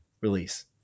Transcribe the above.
release